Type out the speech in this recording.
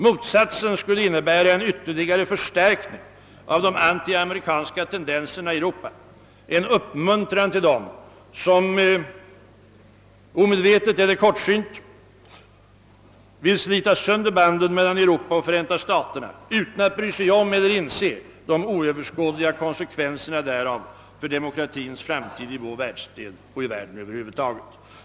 Motsatsen skulle innebära en ytterligare förstärkning av de antiamerikanska tendenserna i Europa, en uppmuntran till dem som medvetet eller kortsynt vill slita sönder banden mellan Europa och Förenta staterna utan att bry sig om eller inse de oöverskådliga konsekvenserna därav för demokratins framtid i vår världsdel och i världen över huvud taget.